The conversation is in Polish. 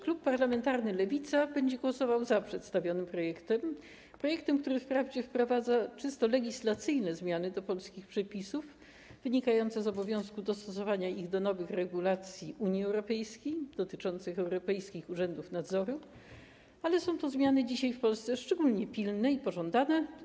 Klub parlamentarny Lewica będzie głosował za przedstawionym projektem, projektem, który wprawdzie wprowadza czysto legislacyjne zmiany do polskich przepisów, wynikające z obowiązku dostosowywania ich do nowych regulacji Unii Europejskiej dotyczących europejskich urzędów nadzoru, ale są to zmiany dzisiaj w Polsce szczególnie pilne i pożądane.